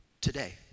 Today